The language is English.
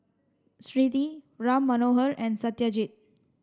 Smriti Ram Manohar and Satyajit